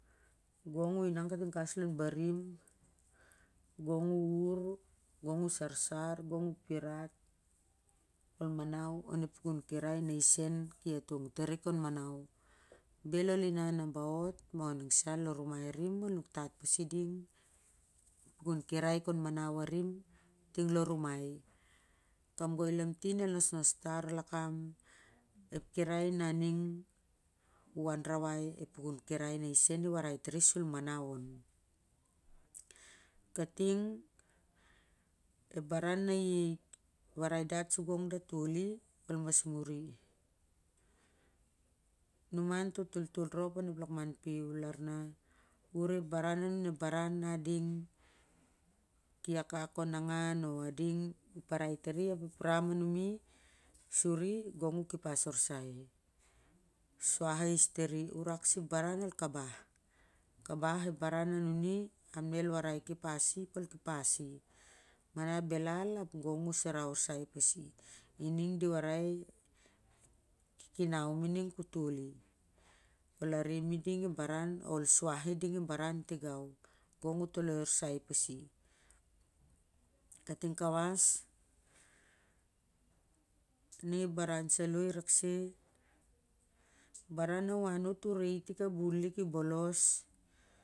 Gong u inan katimkawas lon barim, gong u ur gong a sarsar gong u pirat ol manau on a pukun kirai nai sen ki atong tari kon manau bel ol inan nabawot na ol ning sa lonumai arim ol nukdat pasding a pukun kirai kon manau arim ting lotumai kamgoi lamtin el nosnos tar lakam, ep kirai naning u aurowai ep puukukirai naisen i warai tari sol manau on. Kating ep baran na i warai dat su gong dat toli ol mas muri, numau toh toltol rop onep lakman pui ap u re ep baran nun ep baran na ding ki akak kon angau oh na ding i parai tari ap ep ramanumi suri gong u kepas orsai suah ais tari urak sep barau ol kabah, kabah ep barau na numi ap na el warai kepasi ap ol kepas i ma na belal ap gong u, sara orsai pasi ining di warai ep kikinau ma i ding ep barau tigau gong u toloi orsai pasi, kating kawas ning ep baran salo irak se baran nu anot na u re i tik a bun lik bolos.